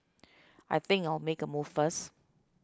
I think I'll make a move first